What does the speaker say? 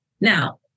Now